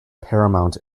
paramount